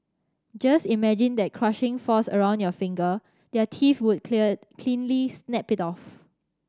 just imagine that crushing force around your finger their teeth would clear cleanly snap it off